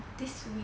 this week